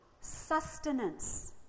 sustenance